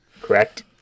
Correct